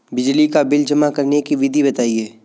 बिजली का बिल जमा करने की विधि बताइए?